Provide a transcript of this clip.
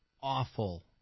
awful